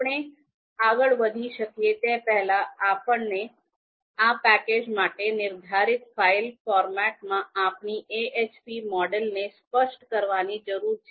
આપણે આગળ વધી શકીએ તે પહેલાં આપણે આ પેકેજ માટે નિર્ધારિત ફાઇલ ફોર્મેટમાં આપણી AHP મોડેલને સ્પષ્ટ કરવાની જરૂર છે